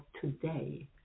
today